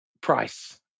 price